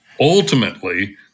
Ultimately